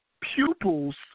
pupils